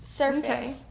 Okay